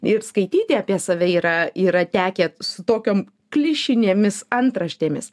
ir skaityti apie save yra yra tekę su tokiom klišinėmis antraštėmis